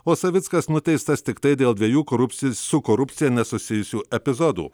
o savickas nuteistas tiktai dėl dviejų korupsi su korupcija nesusijusių epizodų